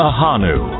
Ahanu